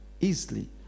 easily